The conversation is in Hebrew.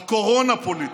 הקורונה פוליטית,